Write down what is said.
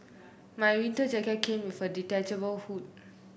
my winter jacket came with a detachable hood